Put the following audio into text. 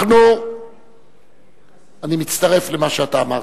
אני מצטרף למה שאתה אמרת.